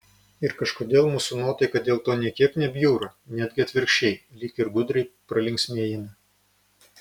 ir kažkodėl mūsų nuotaika dėl to nė kiek nebjūra netgi atvirkščiai lyg ir gudriai pralinksmėjame